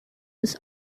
his